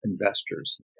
investors